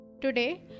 Today